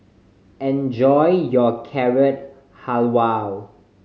enjoy your Carrot Halwa